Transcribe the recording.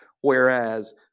whereas